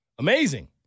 Amazing